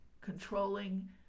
controlling